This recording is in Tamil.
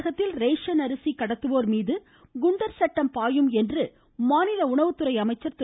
தமிழகத்தில் ரேசன் அரிசி கடத்துவோர் மீது குண்டர் சட்டம் பாயும் என்று மாநில உணவுத்துறை அமைச்சர் திரு